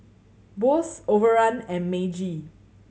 Bose Overrun and Meiji